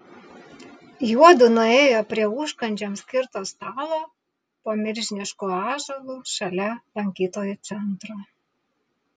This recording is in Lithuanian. juodu nuėjo prie užkandžiams skirto stalo po milžinišku ąžuolu šalia lankytojų centro